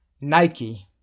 Nike